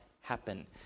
happen